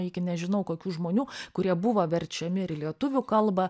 iki nežinau kokių žmonių kurie buvo verčiami ir į lietuvių kalbą